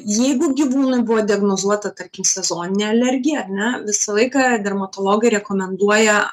jeigu gyvūnui buvo diagnozuota tarkim sezoninė alergija ar ne visą laiką dermatologai rekomenduoja